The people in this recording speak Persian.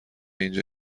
اینجا